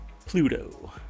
Pluto